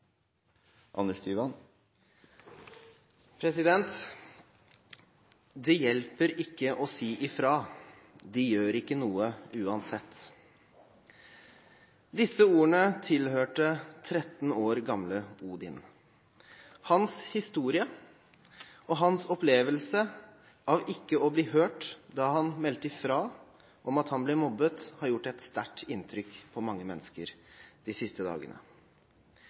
hjelper ikke å si ifra, de gjør ikke noe uansett.» Disse ordene tilhørte 13 år gamle Odin. Hans historie og hans opplevelse av ikke å bli hørt da han meldte fra om at han ble mobbet, har gjort et sterkt inntrykk på mange mennesker de siste dagene.